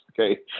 Okay